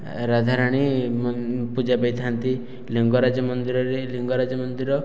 ରାଧାରାଣୀ ପୂଜା ପାଇଥାନ୍ତି ଲିଙ୍ଗରାଜ ମନ୍ଦିରରେ ଲିଙ୍ଗରାଜ ମନ୍ଦିର